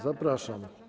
Zapraszam.